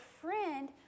friend